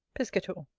piscator.